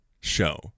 show